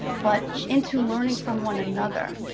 but into learning from one another.